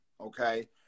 okay